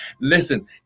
Listen